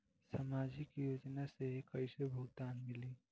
सामाजिक योजना से कइसे भुगतान मिली?